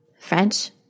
French